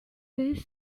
this